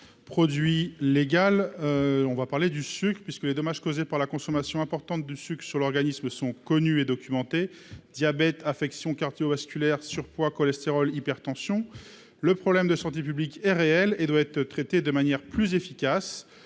produit légal. Les dommages causés sur l'organisme par la consommation importante de sucre sont connus et documentés : diabète, affections cardiovasculaires, surpoids, cholestérol, hypertension. Le problème de santé publique est réel et doit être traité de manière plus efficace.